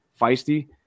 feisty